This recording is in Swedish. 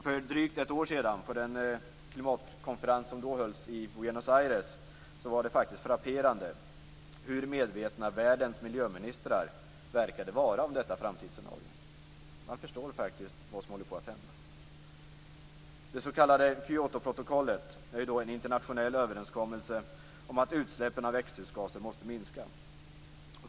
För drygt ett år sedan, på den klimatkonferens som hölls i Buenos Aires, var det faktiskt frapperande hur medvetna världens miljöministrar verkade vara om detta framtidsscenario. Man förstår faktiskt vad som håller på att hända. Det s.k. Kyotoprotokollet är en internationell överenskommelse om att utsläppen av växthusgaser måste minska.